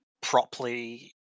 properly